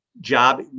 job